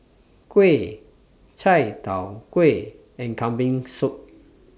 Kuih Chai Tow Kuay and Kambing Soup